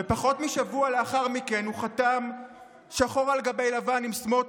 ופחות משבוע לאחר מכן הוא חתם שחור על גבי לבן עם סמוטריץ'